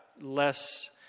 Less